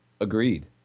Agreed